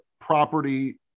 property